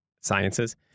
sciences